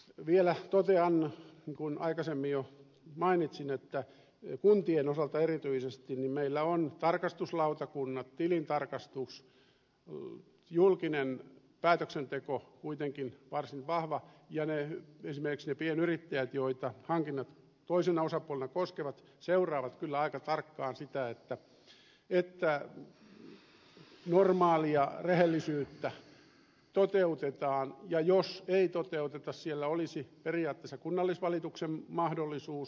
vielä totean niin kuin aikaisemmin jo mainitsin että erityisesti kuntien osalta meillä ovat tarkastuslautakunnat tilintarkastus julkinen päätöksenteko kuitenkin varsin vahvat ja esimerkiksi ne pienyrittäjät joita hankinnat toisena osapuolena koskevat seuraavat kyllä aika tarkkaan sitä että normaalia rehellisyyttä toteutetaan ja jos ei toteuteta siellä olisi periaatteessa kunnallisvalituksen mahdollisuus